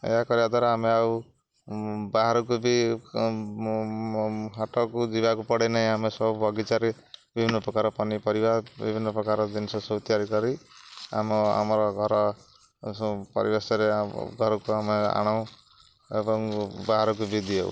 ଏହା କରିବା ଦ୍ୱାରା ଆମେ ଆଉ ବାହାରକୁ ବି ହାଟକୁ ଯିବାକୁ ପଡ଼େ ନାହିଁ ଆମେ ସବୁ ବଗିଚାରେ ବିଭିନ୍ନ ପ୍ରକାର ପନିପରିବା ବିଭିନ୍ନ ପ୍ରକାର ଜିନିଷ ସବୁ ତିଆରି କରି ଆମ ଆମର ଘର ପରିବେଶରେ ଘରକୁ ଆମେ ଆଣୁ ଏବଂ ବାହାରକୁ ବି ଦେଉ